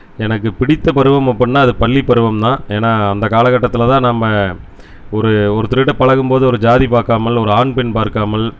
எனக்கு பிடித்த பருவம் அப்படின்னா அது பள்ளி பருவம் தான் ஏன்னால் அந்த காலக்கட்டத்தில் தான் நம்ம ஒரு ஒருத்தர் கிட்ட பழகும் போது ஒரு ஜாதி பார்க்காமல் ஒரு ஆண் பெண் பார்க்காமல்